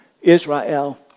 Israel